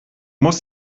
muss